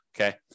okay